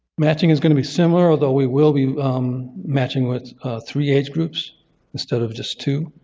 matching is going to be similar, although we will be matching with three age groups instead of just two.